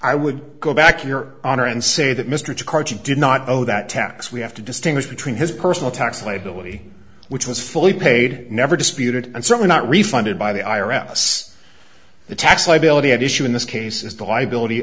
i would go back your honor and say that mr carty did not know that tax we have to distinguish between his personal tax liability which was fully paid never disputed and certainly not refunded by the i r s the tax liability at issue in this case is the liability